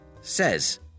says